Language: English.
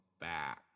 back